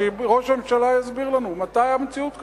שראש הממשלה יסביר לנו, מתי היתה מציאות כזאת?